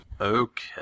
Okay